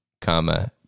comma